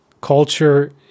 culture